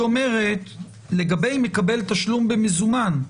היא אומרת לגבי מקבל תשלום במזומן,